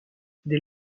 dès